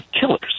killers